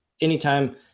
anytime